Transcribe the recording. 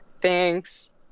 Thanks